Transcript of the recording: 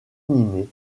animé